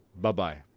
bye-bye